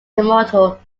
immortal